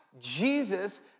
Jesus